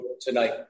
tonight